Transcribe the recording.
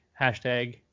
Hashtag